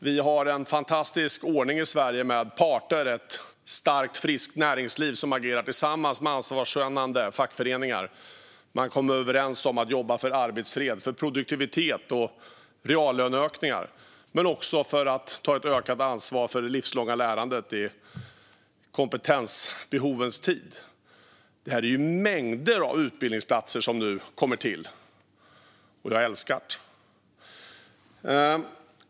Vi har en fantastisk ordning i Sverige där parter som ett starkt och friskt näringsliv agerar tillsammans med ansvarskännande fackföreningar och kommer överens om att arbeta för arbetsfred, produktivitet och reallöneökningar men också för att ta ett ökat ansvar för det livslånga lärandet i kompetensbehovens tid. Det är mängder av utbildningsplatser som nu kommer till. Jag älskar det!